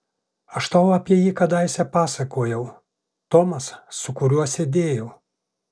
aš tau apie jį kadaise pasakojau tomas su kuriuo sėdėjau